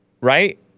right